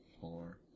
four